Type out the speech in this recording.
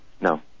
No